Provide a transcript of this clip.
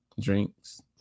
drinks